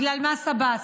בגלל "מס עבאס".